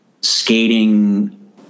skating